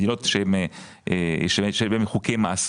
מדינות שבהן חוקי מס,